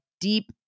deep